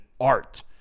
art